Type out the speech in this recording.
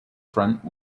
front